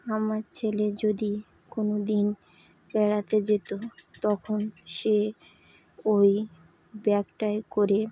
আমার ছেলে যদি কোনো দিন বেড়াতে যেত তখন সে ওই ব্যাগটায় করে